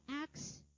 Acts